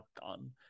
done